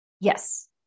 Yes